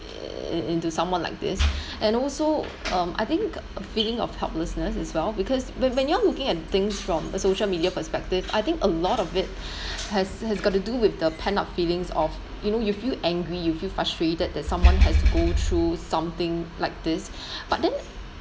in in into someone like this and also um I think a feeling of helplessness as well because when when you're looking at things from a social media perspective I think a lot of it has has got to do with the pent-up feelings of you know you feel angry you feel frustrated that someone has to go through something like this but then